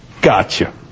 gotcha